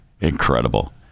Incredible